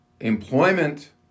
employment